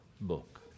book